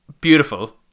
beautiful